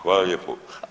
Hvala lijepo.